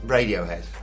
Radiohead